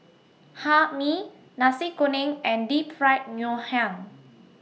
Hae Mee Nasi Kuning and Deep Fried Ngoh Hiang